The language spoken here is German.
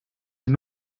den